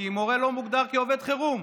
כי מורה לא מוגדר כעובד חירום,